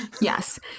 Yes